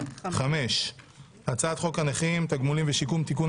5. הצעת חוק הנכים (תגמולים ושיקום) (תיקון,